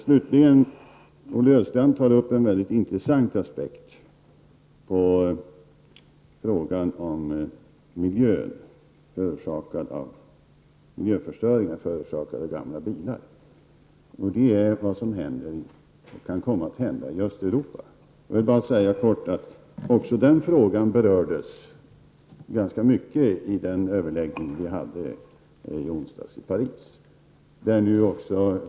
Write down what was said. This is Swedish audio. Olle Östrand berör en mycket intressant aspekt på den miljöförstörelse som orsakas av gamla bilar. Det är vad som kan komma att hända i Östeuropa. Också den frågan berördes ganska mycket vid den överläggning som vi förde i Paris i onsdags.